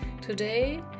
Today